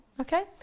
Okay